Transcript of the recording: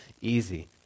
easy